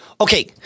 Okay